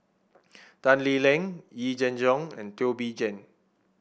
Tan Lee Leng Yee Jenn Jong and Teo Bee Yen